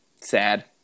Sad